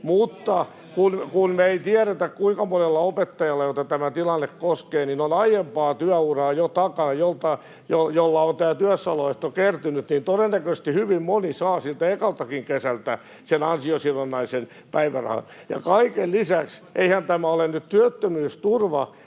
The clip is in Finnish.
Mutta kun me ei tiedetä, kuinka monella opettajalla, jota tämä tilanne koskee, on aiempaa työuraa jo takana ja tämä työssäoloehto kertynyt, niin todennäköisesti hyvin moni saa siltä ekaltakin kesältä sen ansiosidonnaisen päivärahan. Ja kaiken lisäksi: Eihän tämä nyt ole työttömyysturvajärjestelmän